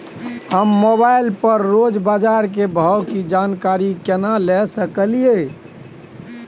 हम मोबाइल पर रोज बाजार के भाव की जानकारी केना ले सकलियै?